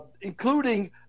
including